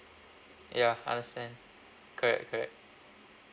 ya understand correct correct